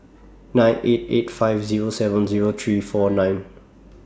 nine eight eight five Zero seven Zero three four nine